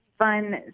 fun